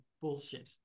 bullshit